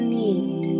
need